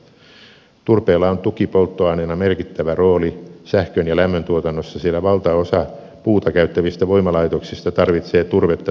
turpeella on tukipolttoaineena merkittävä rooli sähkön ja lämmön tuotannossa sillä valtaosa puuta käyttävistä voimalaitoksista tarvitsee turvetta tukipolttoaineena